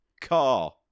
car